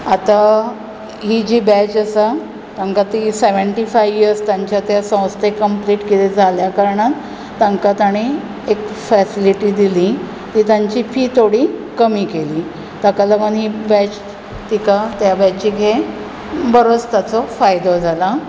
आतां ही जी बॅच आसा तांकां ती सेव्हेंटी फायव यियर्ज तांच्या ते संस्थेक कंप्लीट कितें जाल्ल्या कारणान तांकां तांणी एक फेसिलीटी दिली की तांची फी थोडी कमी केली ताका लागून ही बॅच तिका बॅचीक हे बरोच ताचो फायदो जाला